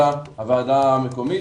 אלא הוועדה המקומית,